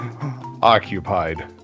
occupied